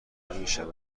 همکنون